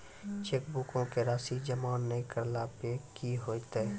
चेकबुको के राशि जमा नै करला पे कि होतै?